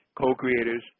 co-creators